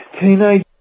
teenage